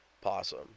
Possum